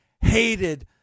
hated